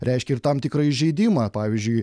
reiškia ir tam tikrą įžeidimą pavyzdžiui